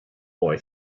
boy